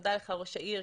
תודה לך ראש העיר.